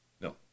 no